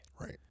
Right